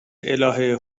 الهه